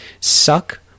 Suck